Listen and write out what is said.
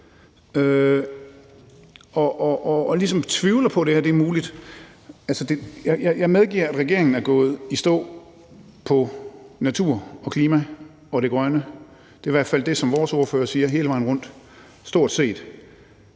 og ligesom tvivler på, at det her er muligt? Altså, jeg medgiver, at regeringen er gået i stå i forhold til naturen, klimaet og det grønne; det er i hvert fald det, som vores ordførere stort set hele vejen rundt siger.